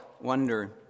wonder